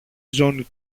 ζώνη